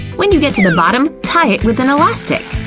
when you get to the bottom, tie it with an elastic.